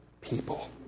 people